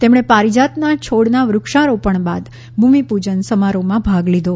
તેમણે પરિજાતના છોડના વૃક્ષારોપણ બાદ ભૂમિપૂજન સમારોફમાં ભાગ લીધો